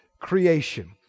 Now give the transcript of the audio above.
creation